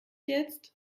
jetzt